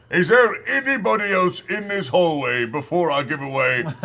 is there anybody else in this hallway before i give away